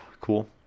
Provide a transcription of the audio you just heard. cool